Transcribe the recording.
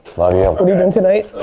love you. what are you doing tonight?